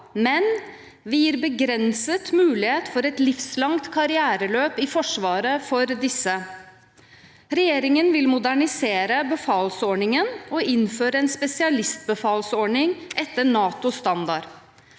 men vi gir begrenset mulighet for et livslangt karriereløp i Forsvaret for disse. Regjeringen vil modernisere befalsordningen og innføre en spesialistbefalsordning etter NATOs standard.